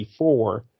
1984